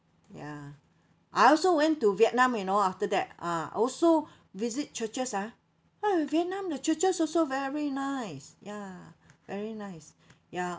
ya I also went to vietnam you know after that ah also visit churches ah oh vietnam the churches also very nice ya very nice ya